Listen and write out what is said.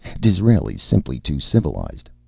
disraeli's simply too civilized.